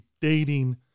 dating